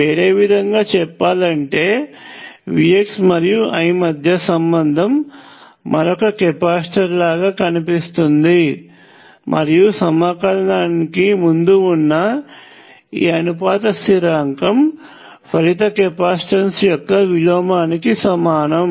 వేరే విధంగా చెప్పాలంటే Vx మరియు I మధ్య సంబంధం మరొక కెపాసిటర్ లాగా కనిపిస్తుంది మరియు సమాకలనానికి ముందువున్న ఈ అనుపాత స్థిరాంకం ఫలిత కెపాసిటన్స్ యొక్క విలోమానికి సమానము